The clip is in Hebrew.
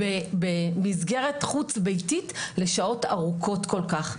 במסגרת חוץ ביתית לשעות ארוכות כל כך.